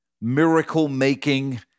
miracle-making